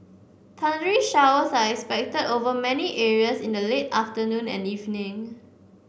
thundery showers are expected over many areas in the late afternoon and evening